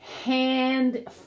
hand